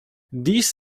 dies